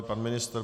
Pan ministr.